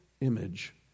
image